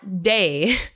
day